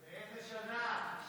באיזו שנה?